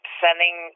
sending